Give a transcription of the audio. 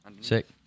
Sick